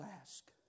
ask